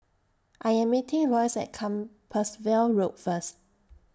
I Am meeting Loyce At Compassvale Road First